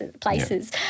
places